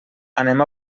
anem